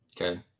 okay